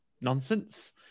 nonsense